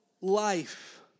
life